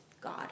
God